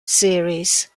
series